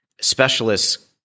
specialists